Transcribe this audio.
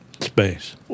space